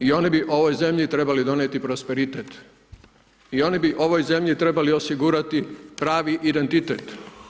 I oni bi ovoj zemlji trebali donijeti prosperitet i oni bi ovoj zemlji trebali osigurati pravi identitet.